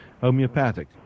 homeopathic